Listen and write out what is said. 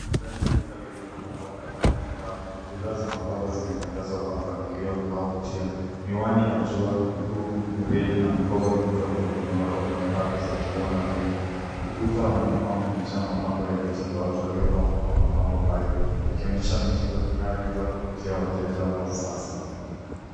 Ndani ya duka lilopangwa kwa rangi ya angavu. Bidhaa za mapambo zimetandazwa kwa mpangilio unaovutia. Miwani ya ju vikuku, reni na mikopa midogo vimewekwa kwenye rafu za kioo na vyuma. Ukuta wa nyuma umejaa mapambo ya picha za watu waliopambwa kwa mapambo hayo, ikionyesha mitindo inayolenga kuvutia wateja wa sasa.